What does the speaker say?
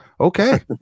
okay